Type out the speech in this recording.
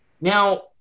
now